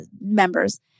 members